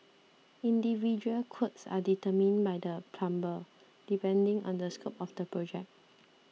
individual quotes are determined by the plumber depending on the scope of the project